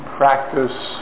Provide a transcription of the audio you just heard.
practice